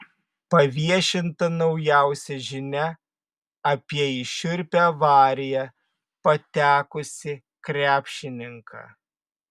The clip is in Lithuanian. paviešinta naujausia žinia apie į šiurpią avariją patekusį krepšininką